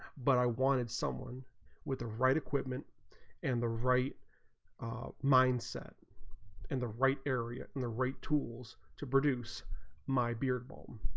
but i wanted someone with the right equipment and right are mindset in the right area and the right tools to produce my dear um